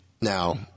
Now